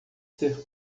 ser